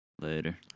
Later